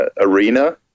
Arena